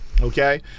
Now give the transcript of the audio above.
okay